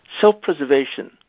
Self-preservation